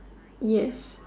ya